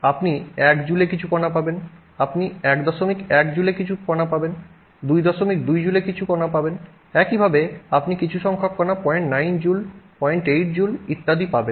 আপনি ১ টি জুলে কিছু কণা পাবেন আপনি ১১ জুলে কিছু সংখ্যক কণা পাবেন ২২ জুলে কিছু সংখ্যক কণা পাবেন একইভাবে আপনি কিছু সংখ্যক কণা 09 জুল 08 জুল ইত্যাদি পাবেন